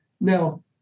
Now